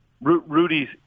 Rudy's